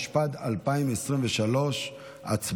התשפ"ד 2023. הצבעה.